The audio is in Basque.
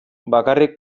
bakarrik